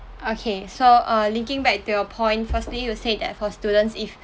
okay so uh linking back to your point firstly you've said that for students if